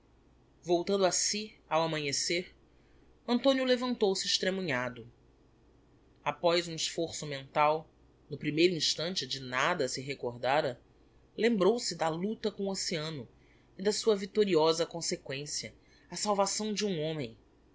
voltando a si ao amanhecer antonio levantou-se estremunhado após um esforço mental no primeiro instante de nada se recordara lembrou-se da lucta com o oceano e da sua victoriosa consequencia a salvação de um homem